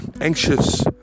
anxious